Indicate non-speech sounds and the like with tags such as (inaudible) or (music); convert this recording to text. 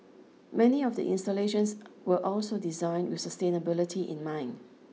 many of the installations (noise) were also designed with sustainability in mind